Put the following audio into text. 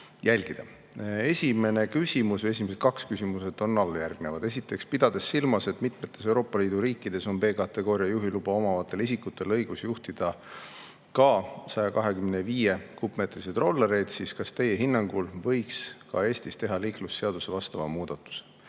jälgida. Esimene küsimus, esimesed kaks küsimust on alljärgnevad. Esiteks: "Pidades silmas, et mitmetes Euroopa Liidu riikides on B-kategooria juhiluba omavatel isikutel õigus juhtida ka 125 cc rollereid, siis kas Teie hinnangul võiks ka Eestis teha liiklusseadusesse vastava muudatuse?"